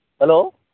hello